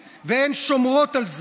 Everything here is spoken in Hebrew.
מוסר.